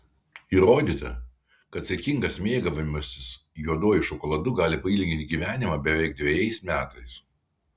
įrodyta kad saikingas mėgavimasis juoduoju šokoladu gali pailginti gyvenimą beveik dvejais metais